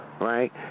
Right